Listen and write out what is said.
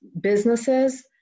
businesses